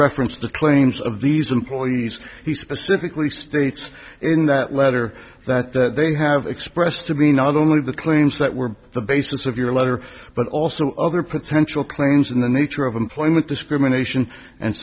reference the claims of these employees he specifically states in that letter that that they have expressed to me not only the claims that were the basis of your letter but also other potential claims in the nature of employment discrimination and